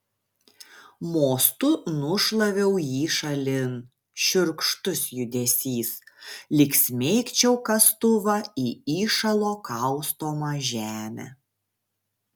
mostu nušlaviau jį šalin šiurkštus judesys lyg smeigčiau kastuvą į įšalo kaustomą žemę